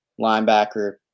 linebacker